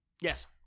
Yes